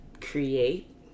create